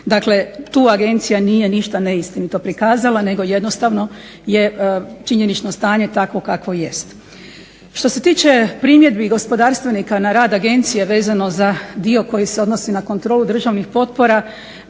Dakle, tu agencija nije ništa neistinito prikazala, nego jednostavno je činjenično stanje takvo kakvo jest. Što se tiče primjedbi gospodarstvenika na rad agencije vezano za dio koji se odnosi na kontrolu državnih potpora